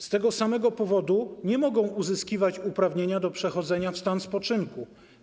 Z tego samego powodu nie mogą uzyskiwać uprawnienia do przechodzenia w stan spoczynku.